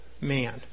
man